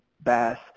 bass